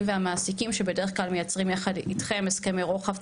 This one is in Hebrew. והמעסיקים שבדרך כלל מיצרים יחד אתכם הסכמי רוחב,